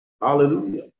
hallelujah